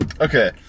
Okay